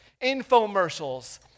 infomercials